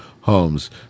homes